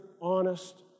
honest